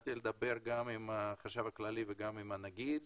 התחלתי לדבר עם החשב הכללי ועם הנגיד